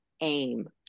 aim